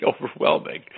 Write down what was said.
overwhelming